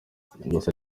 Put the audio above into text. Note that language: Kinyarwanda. gusa